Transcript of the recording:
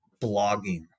blogging